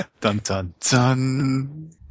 Dun-dun-dun